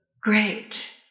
great